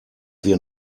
wir